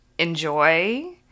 enjoy